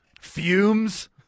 fumes